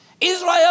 Israel